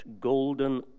golden